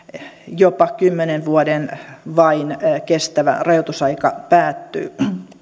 jopa kymmenen vuoden vain kestävä rajoitusaika päättyy